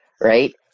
right